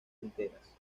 enteras